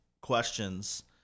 questions